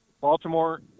Baltimore